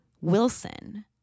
Wilson